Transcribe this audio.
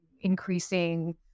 increasing